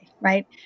right